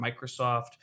Microsoft